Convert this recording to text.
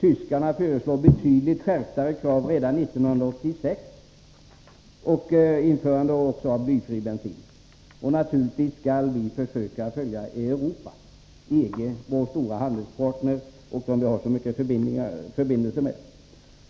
Tyskarna vill ha betydligt mer skärpta krav redan 1986, och de vill även införa blyfri bensin. Naturligtvis skall vi försöka följa Europa och EG, vår stora handelspartner som vi har så mycket förbindelser med.